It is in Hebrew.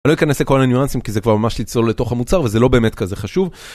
אני לא אכנס לכל הניואנסים כי זה כבר ממש לצלול לתוך המוצר וזה לא באמת כזה חשוב.